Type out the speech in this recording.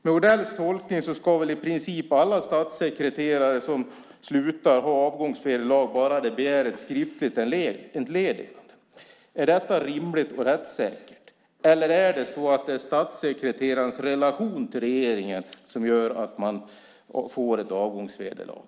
Med Odells tolkning ska i princip alla statssekreterare som slutar ha avgångsvederlag bara de begär ett skriftligt entledigande. Är detta rimligt och rättssäkert? Eller är det statssekreterarens relation till regeringen som gör att man får ett avgångsvederlag?